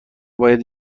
باید